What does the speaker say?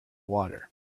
water